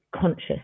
conscious